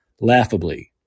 laughably